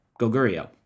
Goguryeo